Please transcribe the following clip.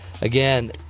Again